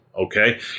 Okay